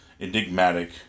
enigmatic